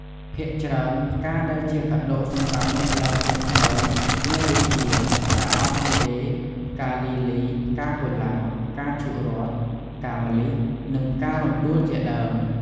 ភាគច្រើនផ្កាដែលជាកាដូសម្រាប់អ្នកឡើងផ្ទះថ្មី មានដូចជា ផ្កាអ័រគីដេ ផ្កាលីលី ផ្កាកុលាប ផ្កាឈូករ័ត្ន ផ្កាម្លិះ និងផ្ការំដួលជាដើម។